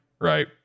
right